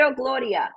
Gloria